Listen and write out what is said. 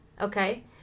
okay